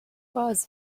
was